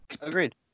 agreed